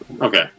Okay